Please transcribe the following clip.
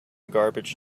garbage